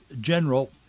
General